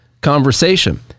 conversation